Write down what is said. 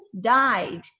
died